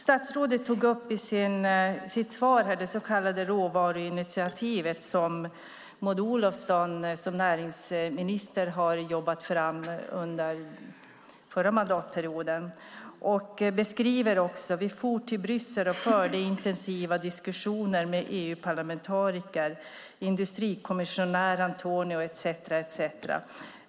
Statsrådet tar i sitt svar upp det så kallade råvaruinitiativet som Maud Olofsson som näringsminister jobbade fram under förra mandatperioden och beskriver också hur "vi for till Bryssel och förde intensiva diskussioner med EU-parlamentariker, industrikommissionären Antonio .